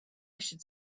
should